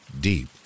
deep